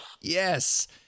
Yes